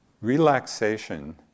Relaxation